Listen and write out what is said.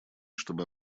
чтобы